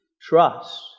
trust